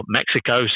Mexico